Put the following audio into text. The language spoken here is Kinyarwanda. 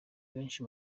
benshi